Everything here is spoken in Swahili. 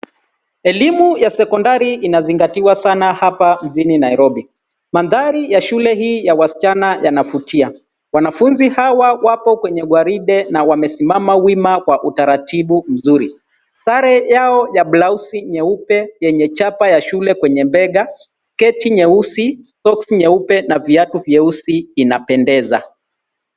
Elimu ya sekondari inazingatiwa sana hapa mjini Nairobi. Mandhari ya shule hii ya wasichana yanavutia. Wanafunzi hawa wapo kwenye gwaride na wamesimama wima kwa utaratibu mzuri. Sare yao ya blauzi nyeupe yenye chapa ya shule kwenye bega, sketi nyeusi, soksi nyeupe na viatu vyeusi inapendeza.